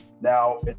Now